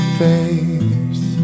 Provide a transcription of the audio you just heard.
face